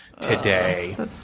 today